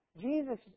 Jesus